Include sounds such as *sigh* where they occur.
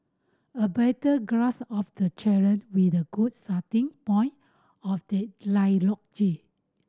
a better grass of the challenge with a good starting point of the *unintelligible*